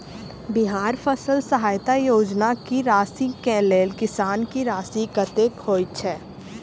बिहार फसल सहायता योजना की राशि केँ लेल किसान की राशि कतेक होए छै?